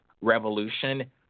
revolution